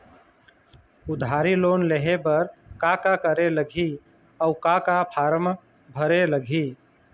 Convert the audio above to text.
उधारी लोन लेहे बर का का करे लगही अऊ का का फार्म भरे लगही?